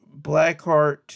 Blackheart